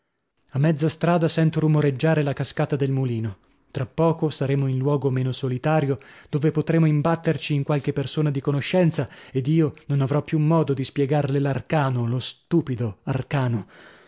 a mezza strada sento rumoreggiare la cascata del mulino tra poco saremo in luogo meno solitario dove potremo imbatterci in qualche persona di conoscenza ed io non avrò più modo di spiegarle l'arcano lo stupido arcano